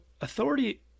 authority